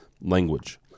language